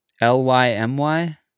L-Y-M-Y